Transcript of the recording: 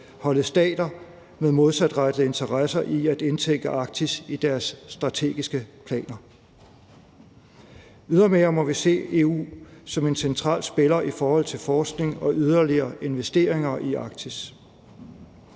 holde stater med modsatrettede interesser fra at indtænke Arktis i deres strategiske planer. Ydermere må vi se EU som en central spiller i forhold til forskning og yderligere investeringer i Arktis.